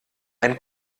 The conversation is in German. ein